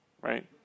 right